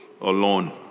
alone